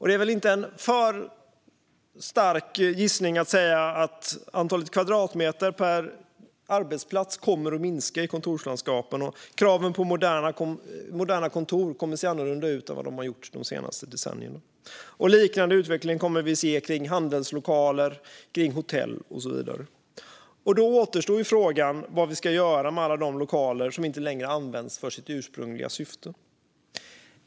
Det är väl inte en för stark gissning att antalet kvadratmeter per arbetsplats kommer att minska i kontorslandskapen och att kraven på moderna kontor kommer att se annorlunda ut än de har gjort de senaste decennierna. En liknande utveckling kommer vi att se när det gäller handelslokaler, hotell och så vidare. Då återstår frågan vad vi ska göra med alla de lokaler som inte längre används för sitt ursprungliga syfte.